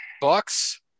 Bucks